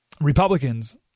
Republicans